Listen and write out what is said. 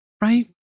right